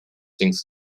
things